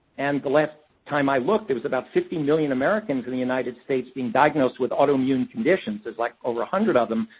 and the last time i looked, there was about fifty million americans in the united states being diagnosed with autoimmune conditions-there's like over a one hundred of them.